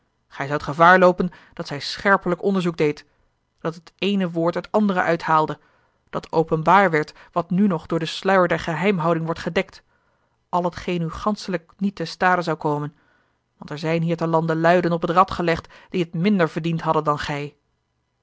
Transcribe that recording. gij zoudt gevaar loopen dat zij scherpelijk onderzoek deed dat het eene woord het andere uithaalde dat openbaar werd wat nu nog door den sluier der geheimhouding wordt gedekt al t geen u ganschelijk niet te stade zou komen want er zijn hier te lande luiden op het rad gelegd die het minder verdiend hadden dan gij